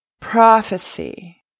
Prophecy